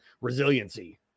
resiliency